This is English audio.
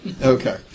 Okay